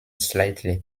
slightly